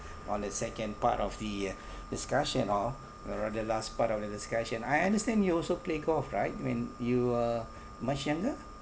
on the second part of the discussion or where are the last part of the discussion I understand you also play golf right when you're much younger